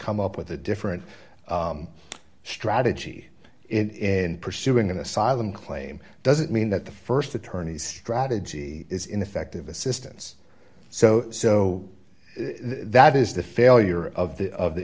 come up with a different strategy in pursuing an asylum claim doesn't mean that the st attorney strategy is ineffective assistance so so that is the failure of the of the